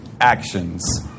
actions